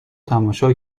تماشا